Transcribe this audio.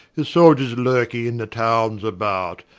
his souldiors lurking in the towne about,